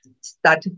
start